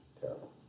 terrible